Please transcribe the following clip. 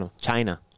China